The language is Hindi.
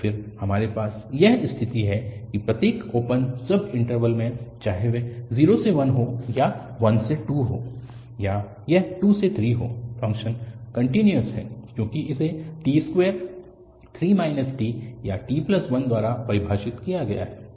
तो फिर हमारे पास यह स्थिति है कि प्रत्येक ओपन सब इन्टरवल में चाहे वह 0 से 1 हो या 1 से 2 हो या यह 2 से 3 हो फ़ंक्शन कन्टिन्यूअस है क्योंकि इसे t2 3 t और t1 द्वारा परिभाषित किया गया है